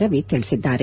ರವಿ ತಿಳಿಸಿದ್ದಾರೆ